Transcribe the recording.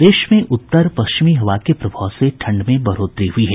प्रदेश में उत्तर पश्चिमी हवा के प्रभाव से ठंड में बढ़ोतरी हुई है